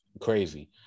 crazy